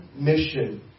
Mission